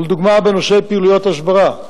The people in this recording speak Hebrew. דוגמה לפעילויות הסברה: